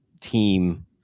team